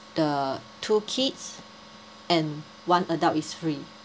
the two kids and one adult is free